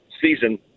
season